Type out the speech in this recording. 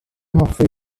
hoffi